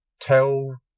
tell